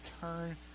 turn